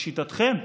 לשיטתכם?